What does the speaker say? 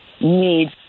need